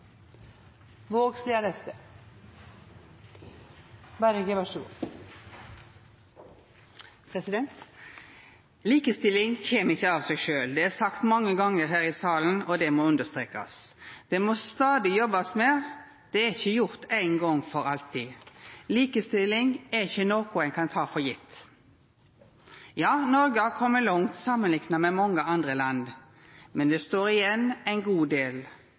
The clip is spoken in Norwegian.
Likestilling kjem ikkje av seg sjølv. Det har blitt sagt mange gonger her i salen, og det må understrekast. Det må stadig jobbast med, det er ikkje gjort ein gong for alltid. Likestilling er ikkje noko ein kan ta for gitt. Ja, Noreg har kome langt samanlikna med mange andre land, men det står igjen ein god del.